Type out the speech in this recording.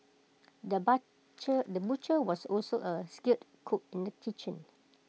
the butcher the was also A skilled cook in the kitchen